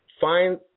find